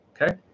Okay